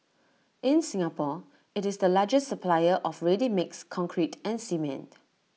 in Singapore IT is the largest supplier of ready mixed concrete and cement